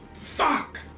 fuck